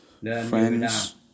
friends